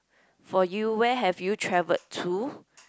for you where have you traveled to